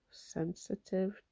sensitive